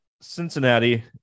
Cincinnati